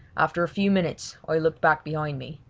after a few minutes i looked back behind me.